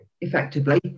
effectively